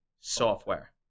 software